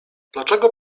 dlaczego